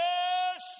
Yes